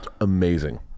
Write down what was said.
Amazing